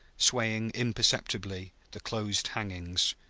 swaying imperceptibly the closed hangings,